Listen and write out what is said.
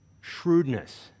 shrewdness